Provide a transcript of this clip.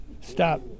stop